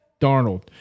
Darnold